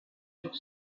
sur